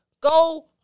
Go